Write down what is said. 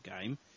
game